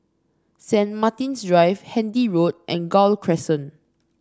Saint Martin's Drive Handy Road and Gul Crescent